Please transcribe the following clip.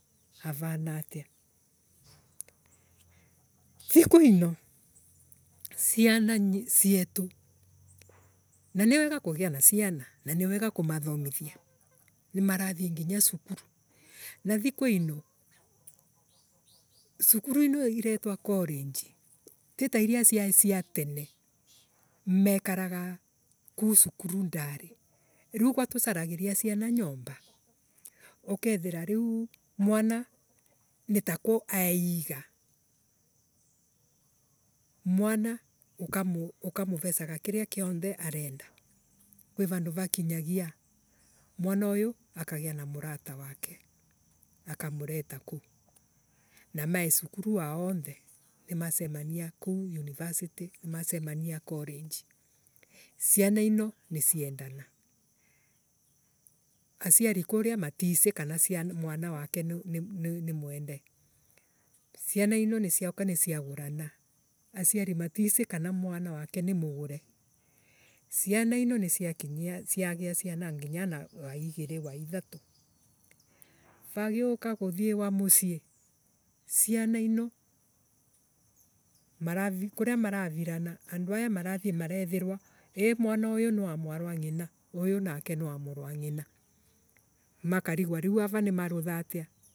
Avana atia Thiku ino ciana cietu na ni wega kugia na ciana na ni wega kumathomithia. nimarathie nginya cukuru. na thiku ino cukuru ino iretwa college ti tairia ciaii cia tene mekaraga kuu cukuru ndari. Riu katucaragiria ciana nyomba akethira riu mwana nitakwa aaeiga. Mwana ukamu ukamuverecaga kiria kionthe arenda. Kwi vandu vakinyagia mwana uyu akagia na murata wake akamureta kuu. na maii cukuru wa onthe nimace mania na kuu university. nimacemania college. Ciana inoniciendaga. Aciari kuria maticii kanamwana wake ni mwende. ciana ino niciaka niciagurana. Aciari maticii kana mwana wake ni mugure. Ciana ino niciakinywa ciagia ciana nginya wa igirii wa ithatu. Vagiuka kuthiewa mucii. ciana ino marav Kuria maravirana. andu aya marathie marathirwa ii mwana uyu ni wa mwarwa ngina uyu nake ni wa moru wa ngina makarigwa niu ara nimarutha ati